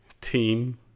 team